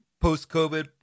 post-COVID